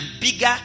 bigger